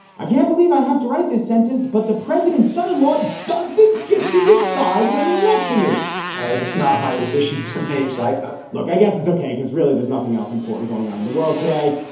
i can't believe i have to write this sentence. but the president's son in law doesn't get to decide when the election is it's not my decision to make site look, i guess it's ok because really there's nothing else important going on in the world today.